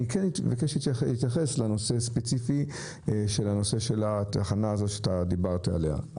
אני כן אבקש להתייחס לנושא הספציפי של התחנה הזאת שדיברת עליה,